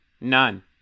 none